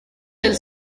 del